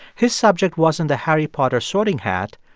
his subject wasn't the harry potter sorting hat,